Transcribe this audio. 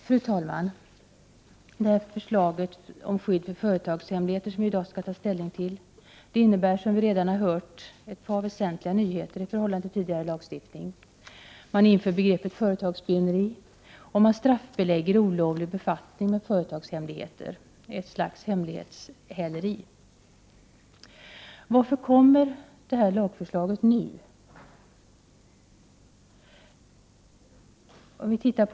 Fru talman! Det lagförslag om skydd för företagshemligheter som vi i dag skall ta ställning till innebär, som vi redan har hört, ett par väsentliga nyheter i förhållande till tidigare lagstiftning. Man inför begreppet företagsspioneri och straffbelägger olovlig befattning med företagshemligheter, ett slags hemlighetshäleri. Varför kommer det här lagförslaget nu?